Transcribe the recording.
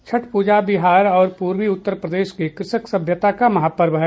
छठ प्रजा बिहार और पूर्वी उत्तर प्रदेश की कृषक सभ्यता का महापर्व है